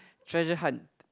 treasure hunt